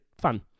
fun